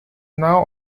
now